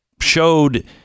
showed